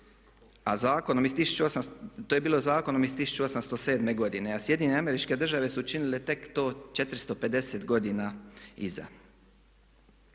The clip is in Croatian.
Zakonom iz 1907. godine. A sjedinjene Američke Države su učinile tek to 450 godina iza